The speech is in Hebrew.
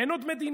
אין עוד מדינה,